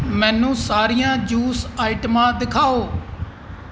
ਮੈਨੂੰ ਸਾਰੀਆਂ ਜੂਸ ਆਈਟਮਾਂ ਦਿਖਾਓ